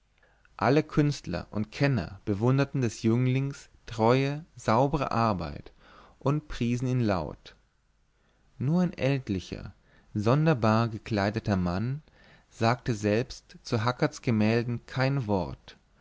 alle künstler und kenner bewunderten des jünglings treue saubre arbeit und priesen ihn laut nur ein ältlicher sonderbar gekleideter mann sagte selbst zu hackerts gemälden kein wort